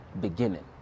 beginning